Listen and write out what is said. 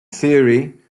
theory